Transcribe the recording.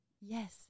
yes